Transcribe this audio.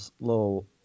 little